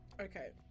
Okay